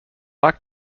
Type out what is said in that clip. like